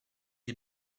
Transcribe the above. est